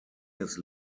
years